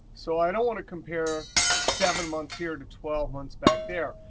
so i don't want to compare seven months here to twelve months back there.